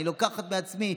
אני לוקחת בעצמי,